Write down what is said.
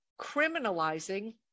criminalizing